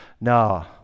No